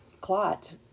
clot